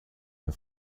der